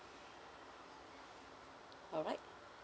all right